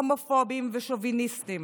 הומופובים ושוביניסטים.